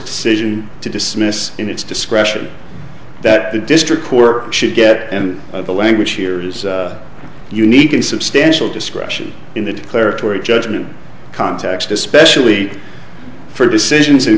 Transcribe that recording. decision to dismiss in its discretion that the district quirk should get and the language here is unique and substantial discretion in a declaratory judgment context especially for decisions